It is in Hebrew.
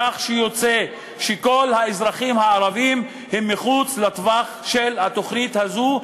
כך שיוצא שכל האזרחים הערבים הם מחוץ לטווח של התוכנית הזאת,